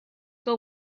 ago